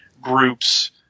groups